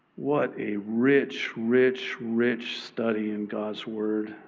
what a rich, rich, rich study in god's word.